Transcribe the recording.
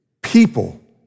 people